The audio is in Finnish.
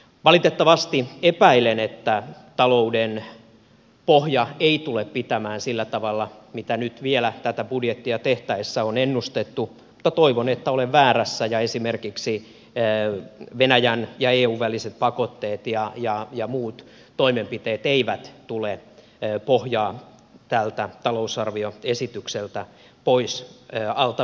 valitettavasti epäilen että talouden pohja ei tule pitämään sillä tavalla kuin nyt vielä tätä budjettia tehtäessä on ennustettu mutta toivon että olen väärässä ja esimerkiksi venäjän ja eun väliset pakotteet ja muut toimenpiteet eivät tule pohjaa tältä talousarvioesitykseltä pois alta vetämään